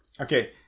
Okay